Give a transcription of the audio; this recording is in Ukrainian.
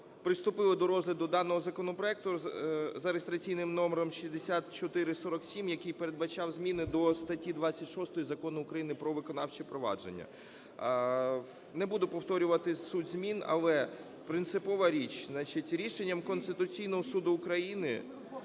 приступили до розгляду даного законопроекту за реєстраційним номером 6447, який передбачав зміни до статті 26 Закону України "Про виконавче провадження". Не буду повторювати суть змін, але принципова річ. Значить, рішенням Конституційного Суду України